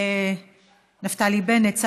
החינוך נפתלי בנט.